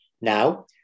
Now